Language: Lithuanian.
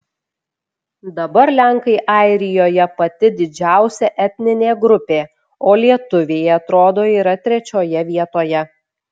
dabar lenkai airijoje pati didžiausia etninė grupė o lietuviai atrodo yra trečioje vietoje